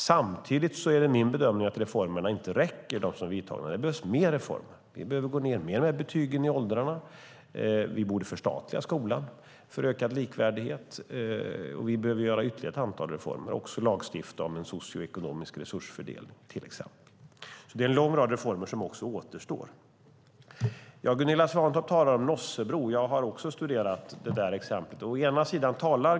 Samtidigt är min bedömning att de genomförda reformerna inte räcker. Det behövs ytterligare ett antal reformer. Vi behöver till exempel gå längre ned i åldrarna med betygen. Vi borde förstatliga skolan för ökad likvärdighet och lagstifta om en socioekonomisk resursfördelning. En lång rad reformer återstår alltså. Gunilla Svantorp talar om Nossebro. Jag har också studerat det exemplet.